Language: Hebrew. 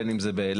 בין אם זה באילת,